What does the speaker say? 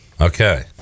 okay